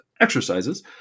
exercises